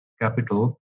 capital